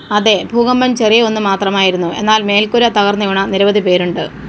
അതെ ഭൂകമ്പം ചെറിയ ഒന്ന് മാത്രമായിരുന്നു എന്നാൽ മേൽക്കൂര തകർന്നുവീണ നിരവധി പേരുണ്ട്